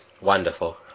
Wonderful